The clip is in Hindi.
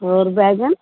और बैंगन